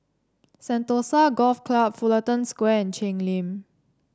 Sentosa Golf Club Fullerton Square and Cheng Lim